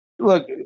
Look